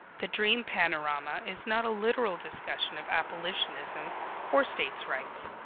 the dream panorama is not a literal discussion of abolitionism or states' rights.